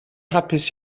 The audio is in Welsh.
hapus